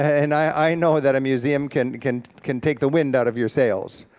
and i know that a museum can can can take the wind out of your sails.